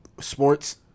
sports